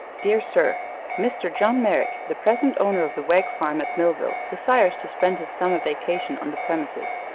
dear sir mr. john merrick, the present owner of the wegg farm at millville, desires to spend his summer vacation on the premises,